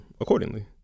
accordingly